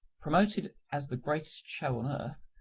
promoted as the greatest show on earth,